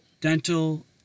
dental